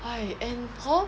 and hor